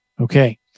Okay